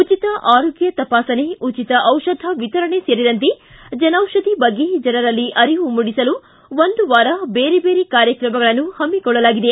ಉಚಿತ ಆರೋಗ್ಯ ತಪಾಸಣೆ ಉಚಿತ ದಿಷಧ ವಿತರಣೆ ಸೇರಿದಂತೆ ಜನೌಷಧಿ ಬಗ್ಗೆ ಜನರಲ್ಲಿ ಅರಿವು ಮೂಡಿಸಲು ಒಂದು ವಾರ ಬೇರೆ ಬೇರೆ ಕಾರ್ಯಕ್ರಮಗಳನ್ನು ಹಮ್ಸಿಕೊಳ್ಳಲಾಗಿದೆ